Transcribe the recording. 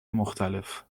مختلف